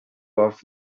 off